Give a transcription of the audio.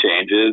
changes